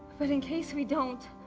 but in case we don't,